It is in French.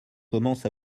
commence